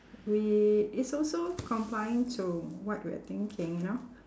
we it's also complying to what we're thinking you know